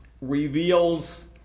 reveals